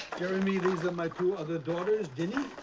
jeremy, these are my two other daughters, dinnie